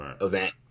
event